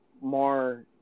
More